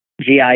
GI